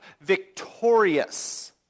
victorious